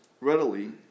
readily